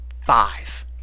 five